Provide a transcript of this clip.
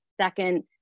second